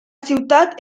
ciutat